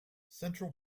central